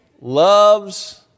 loves